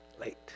late